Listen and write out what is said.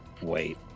wait